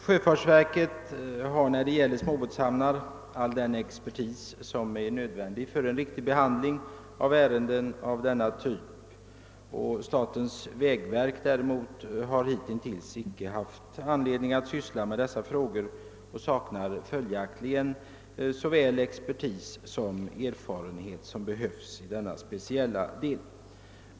Sjöfartsverket har när det gäller småbåtshamnar all den expertis till förfogande som är nödvändig för en riktig behandling av ärenden av denna typ. Statens vägverk däremot har hittills inte haft anledning att syssla med dessa frågor och saknar följaktligen såväl expertis som behövlig erfarenhet i denna speciella del.